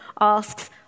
asks